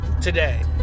today